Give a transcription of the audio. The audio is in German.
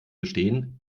gestehen